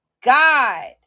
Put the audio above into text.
God